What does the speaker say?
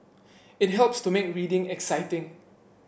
it helps to make reading exciting